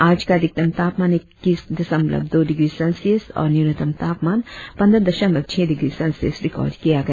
आज का अधिकतम तापमान ईक्कीस दशमलव दो डिग्री सेल्सियस और न्यूनतम तापमान पंद्रह दशमलव छह डिग्री सेल्सियस रिकार्ड किया गया